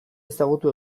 ezagutu